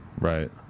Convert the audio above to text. Right